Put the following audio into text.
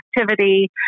activity